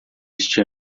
este